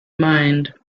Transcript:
mind